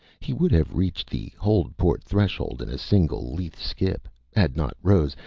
he would have reached the hold-port threshold in a single lithe skip had not rose,